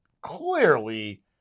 clearly